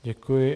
Děkuji.